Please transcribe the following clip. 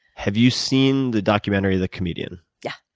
have you seen the documentary, the comedian? yeah,